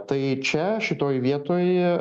tai čia šitoj vietoj